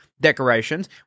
decorations